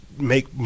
make